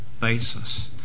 basis